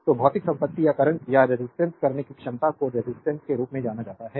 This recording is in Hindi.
तो भौतिक संपत्ति या करंट का रेजिस्टेंस करने की क्षमता को रेजिस्टेंस के रूप में जाना जाता है